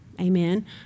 Amen